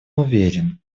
уверен